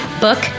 book